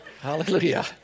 Hallelujah